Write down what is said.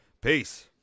peace